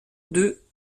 deux